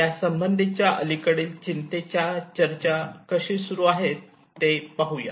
यासंबंधी च्या अलीकडील चिंतेच्या चर्चा कशी सुरू आहे ते पाहूया